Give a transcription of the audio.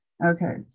Okay